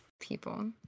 people